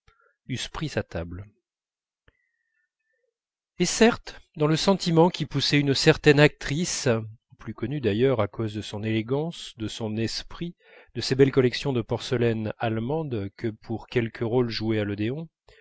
eussent pris sa table et certes dans le sentiment qui poussait une certaine actrice plus connue d'ailleurs à cause de son élégance de son esprit de ses belles collections de porcelaine allemande que pour quelques rôles joués à l'odéon